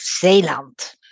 Zeeland